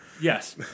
Yes